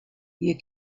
you